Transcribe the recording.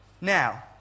Now